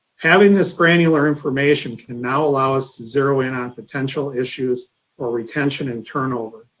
having this granular information can now allow us to zero in on potential issues or retention and turnover.